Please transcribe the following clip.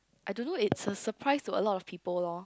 I don't know it's a surprise to a lot of people lor